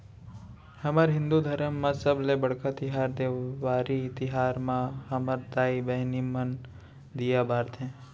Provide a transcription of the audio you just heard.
हमर हिंदू धरम म सबले बड़का तिहार देवारी तिहार म हमर दाई बहिनी मन दीया बारथे